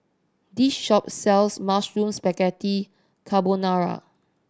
this shop sells Mushroom Spaghetti Carbonara